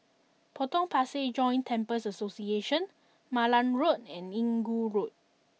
Potong Pasir Joint Temples Association Malan Road and Inggu Road